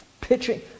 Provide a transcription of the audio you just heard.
pitching